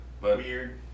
Weird